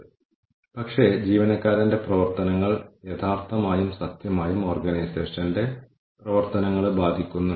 എത്ര പേർ യഥാർത്ഥത്തിൽ ഓർഗനൈസേഷനിൽ തുടരുന്നു അവരുടെ വിശ്വസ്തത എന്താണ്